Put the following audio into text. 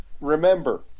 Remember